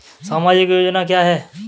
सामाजिक योजना क्या है?